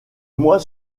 mois